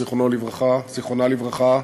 זיכרונה לברכה,